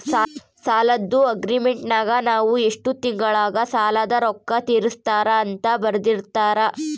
ಸಾಲದ್ದು ಅಗ್ರೀಮೆಂಟಿನಗ ನಾವು ಎಷ್ಟು ತಿಂಗಳಗ ಸಾಲದ ರೊಕ್ಕ ತೀರಿಸುತ್ತಾರ ಅಂತ ಬರೆರ್ದಿರುತ್ತಾರ